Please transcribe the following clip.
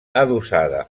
adossada